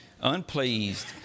unpleased